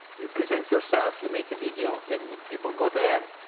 you present yourself. you make a video. and the people go there,